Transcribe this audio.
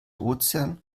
ozean